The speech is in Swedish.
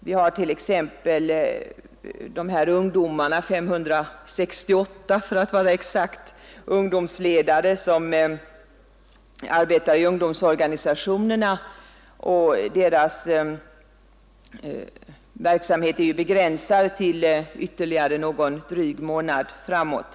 Vi har t.ex. de ungdomsledare — 568 ungdomar för att vara exakt — som arbetar i ungdomsorganisationerna; deras verksamhet är begränsad till ytterligare någon dryg månad framåt.